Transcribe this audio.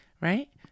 right